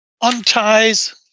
unties